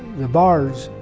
the bars,